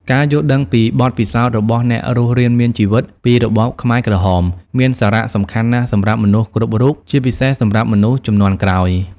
ការយល់ដឹងពីបទពិសោធន៍របស់អ្នករស់រានមានជីវិតពីរបបខ្មែរក្រហមមានសារៈសំខាន់ណាស់សម្រាប់មនុស្សគ្រប់រូប ជាពិសេសសម្រាប់មនុស្សជំនាន់ក្រោយ។